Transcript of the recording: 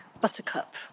buttercup